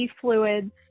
fluids